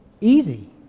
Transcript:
easy